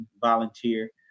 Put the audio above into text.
volunteer